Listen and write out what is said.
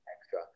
extra